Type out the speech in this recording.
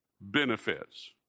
benefits